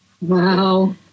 Wow